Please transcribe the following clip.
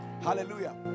Hallelujah